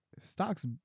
stocks